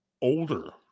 older